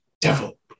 devil